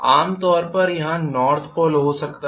आम तौर पर यहाँ नॉर्थ पोल हो सकता है